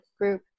group